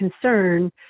concern